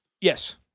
yes